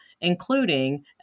including